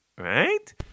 right